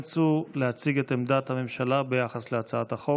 צור להציג את עמדת הממשלה ביחס להצעת החוק.